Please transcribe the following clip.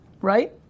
Right